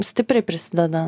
stipriai prisideda